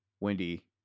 Wendy